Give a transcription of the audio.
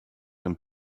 and